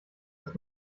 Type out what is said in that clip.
dass